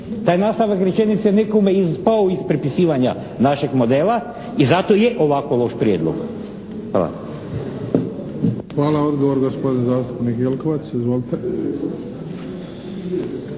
Taj nastavak rečenice nekome je ispao iz prepisivanja našeg modela i zato je ovako loš prijedlog. Hvala. **Bebić, Luka (HDZ)** Hvala. Odgovor, gospodin zastupnik Jelkovac. Izvolite.